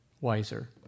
wiser